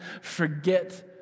forget